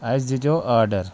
اسہِ دِتیٛوو آرڈر